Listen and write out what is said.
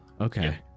okay